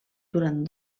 durant